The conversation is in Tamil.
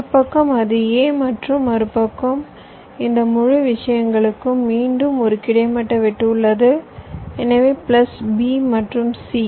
ஒரு பக்கம் அது A மற்றும் மறுபக்கம் இந்த முழு விஷயங்களுக்கும் மீண்டும் ஒரு கிடைமட்ட வெட்டு உள்ளது எனவே பிளஸ் B மற்றும் C